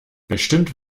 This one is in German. bestimmt